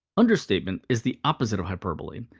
understatement is the opposite of hyperbole.